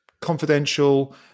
confidential